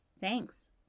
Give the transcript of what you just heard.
Thanks